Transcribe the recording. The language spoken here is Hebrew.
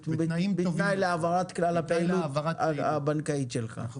כן, בתנאי להעברת כלל הפעילות הבנקאית שלך.